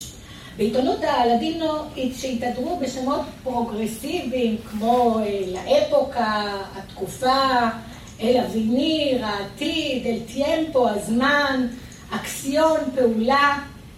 בעיתונות הלדינו שהתהדרו בשמות פרוגרסיביים כמו לאפוקה, התקופה, אל אביני, העתיד, אל טימפו, הזמן, אקשיון, פעולה